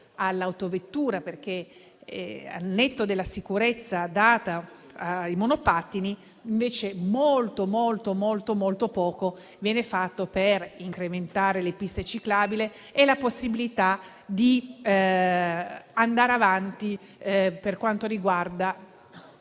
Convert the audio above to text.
all'autovettura, perché, al netto della sicurezza data ai monopattini, invece molto poco viene fatto per incrementare le piste ciclabili e la possibilità di andare avanti per quanto riguarda…